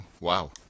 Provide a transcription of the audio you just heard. wow